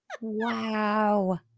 Wow